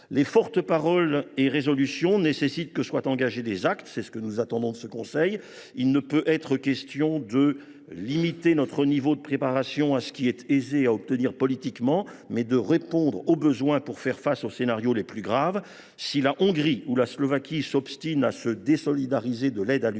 Les fortes paroles et les résolutions prises nécessitent que des actes soient engagés. C’est ce que nous attendons de ce Conseil européen. Il ne peut être question de « limiter notre niveau de préparation à ce qui est aisé à obtenir politiquement »; il convient de répondre aux besoins pour faire face aux scénarios les plus graves. Si la Hongrie ou la Slovaquie s’obstinent à se désolidariser de l’aide à l’Ukraine